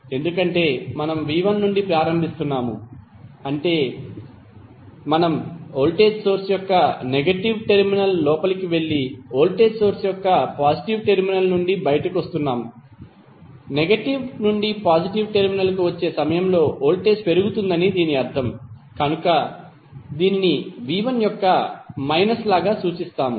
ఎందుకంటే మనము v1 నుండి ప్రారంభిస్తున్నాము అంటే మనం వోల్టేజ్ సోర్స్ యొక్క నెగటివ్ టెర్మినల్ లోపలికి వెళ్లి వోల్టేజ్ సోర్స్ యొక్క పాజిటివ్ టెర్మినల్ నుండి బయటకు వస్తున్నాము నెగటివ్ నుండి పాజిటివ్ టెర్మినల్ కు వచ్చే సమయంలో వోల్టేజ్ పెరుగుతుందని దీని అర్థం కనుక దీనిని v1 యొక్క మైనస్ లాగా సూచిస్తాము